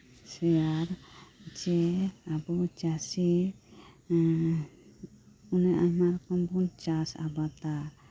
share ᱡᱮ ᱟᱵᱩ ᱪᱟᱹᱥᱤ ᱚᱱᱮ ᱟᱭᱢᱟ ᱨᱚᱠᱚᱢ ᱵᱩᱱ ᱪᱟᱥ ᱟᱵᱟᱫᱟ